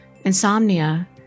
insomnia